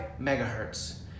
megahertz